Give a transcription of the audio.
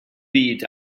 byd